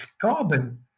carbon